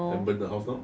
then burn the house down